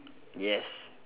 yes